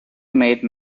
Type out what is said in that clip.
made